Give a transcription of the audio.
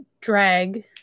drag